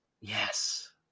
Yes